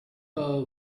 her